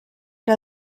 que